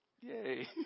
Yay